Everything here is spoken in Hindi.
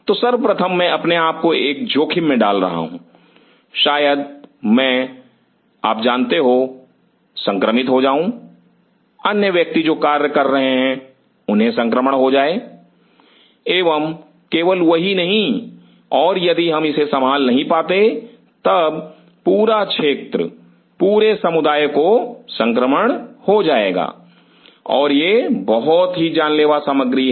तो सर्वप्रथम मैं अपने आप को एक जोखिम में डाल रहा हूं शायद मैं आप जानते हो संक्रमित हो जाऊं अन्य व्यक्ति जो कार्य कर रहे हैं उन्हें संक्रमण हो जाए एवं केवल वही नहीं और यदि हम इसे नहीं संभाल पाते तब पूरा क्षेत्र पूरे समुदाय को संक्रमण हो जाएगा और यह बहुत ही जानलेवा सामग्री है